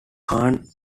khan